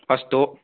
अस्तु